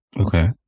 Okay